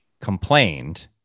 complained